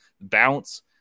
Bounce